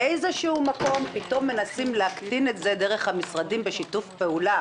מאיזשהו מקום פתאום מנסים להקטין את זה דרך המשרדים בשיתוף פעולה